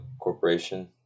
Corporation